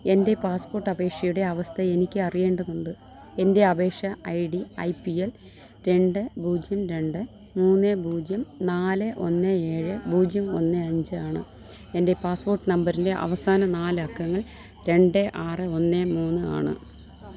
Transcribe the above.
എൻ്റെ പാസ്പോർട്ട് അപേക്ഷയുടെ അവസ്ഥ എനിക്ക് അറിയേണ്ടതുണ്ട് എൻ്റെ അപേക്ഷാ I D A P L രണ്ട് പൂജ്യം രണ്ട് മൂന്ന് പൂജ്യം നാല് ഒന്ന് ഏഴ് പൂജ്യം ഒന്ന് അഞ്ച് ആണ് എൻ്റെ പാസ്പോർട്ട് നമ്പറിൻ്റെ അവസാന നാല് അക്കങ്ങൾ രണ്ട് ആറ് ഒന്ന് മൂന്ന് ആണ്